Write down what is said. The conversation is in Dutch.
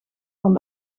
van